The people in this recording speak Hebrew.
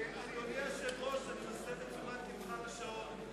אדוני היושב-ראש, אני מסב את תשומת לבך לשעון.